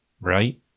right